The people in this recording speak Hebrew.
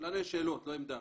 לנו יש שאלות, לא עמדה.